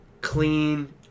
clean